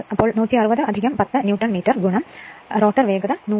അപ്പോൾ 160 10 newton metre റോട്ടോറിന്റെ വേഗത 100